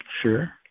Sure